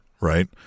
right